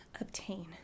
obtain